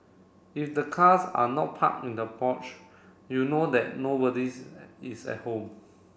if the cars are not parked in the porch you know that nobody's is at home